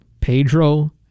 Pedro